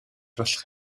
болох